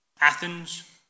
Athens